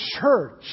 church